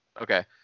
Okay